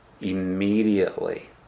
immediately